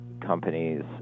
companies